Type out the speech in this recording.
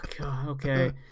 okay